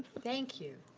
thank you.